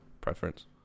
preference